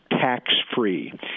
tax-free